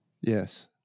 Yes